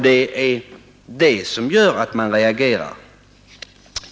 Det är det som gör att man reagerar.